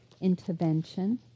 intervention